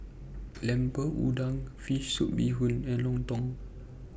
Lemper Udang Fish Soup Bee Hoon and Lontong